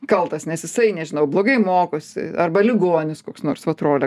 kaltas nes jisai nežinau blogai mokosi arba ligonis koks nors vat rolė